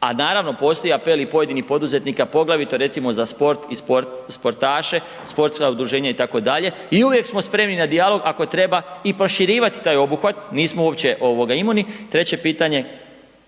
a naravno postoje i apeli pojedinih poduzetnika poglavito recimo za sport i sportaše, sportska udruženja itd. i uvijek smo spremni na dijalog i ako treba proširivati taj obuhvat, nismo uopće ovoga imuni. Treće pitanje,